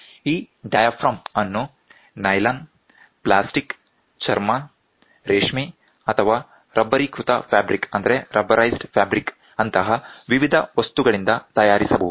ಈ ಡಯಾಫ್ರಮ್ ಅನ್ನು nylon plastic ಚರ್ಮ ರೇಷ್ಮೆ ಅಥವಾ ರಬ್ಬರೀಕೃತ ಫ್ಯಾಬ್ರಿಕ್ ಅಂತಹ ವಿವಿಧ ವಸ್ತುಗಳಿಂದ ತಯಾರಿಸಬಹುದು